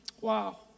Wow